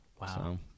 wow